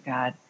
God